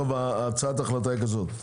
טוב הצעת ההחלטה היא כזאת.